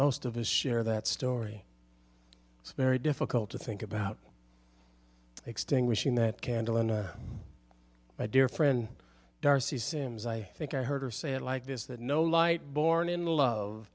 most of us share that story it's very difficult to think about extinguishing that candle and my dear friend darcy simms i think i heard her say it like this that no light born in love